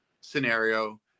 scenario